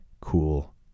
cool